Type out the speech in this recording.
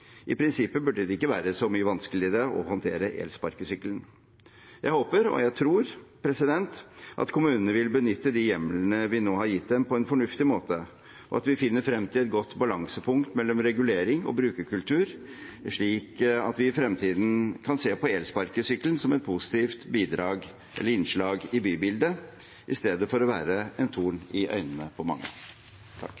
I prinsippet burde det ikke være så mye vanskeligere å håndtere elsparkesykkelen. Jeg håper og tror at kommunene vil benytte de hjemlene vi nå har gitt dem, på en fornuftig måte, og at vi finner frem til et godt balansepunkt mellom regulering og brukerkultur, slik at vi i fremtiden kan se på elsparkesykkelen som et positivt bidrag eller innslag i bybildet – i stedet for at den er en